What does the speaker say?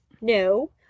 no